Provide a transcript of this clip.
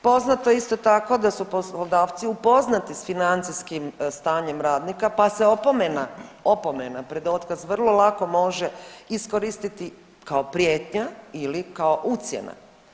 Poznato je isto tako da su poslodavci upoznati s financijskim stanjem radnika pa se opomena, opomena pred otkaz vrlo lako može iskoristiti ili kao ucjena.